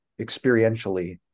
experientially